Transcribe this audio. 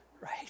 Right